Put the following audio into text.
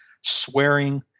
swearing